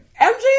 MJ